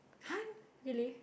!huh! really